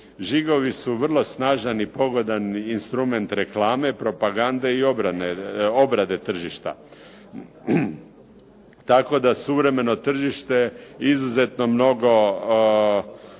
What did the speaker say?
Žigovi su vrlo snažan i pogodan instrument reklame, propagande i obrade tržišta. Tako da suvremeno tržište izuzetno mnogo